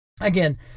Again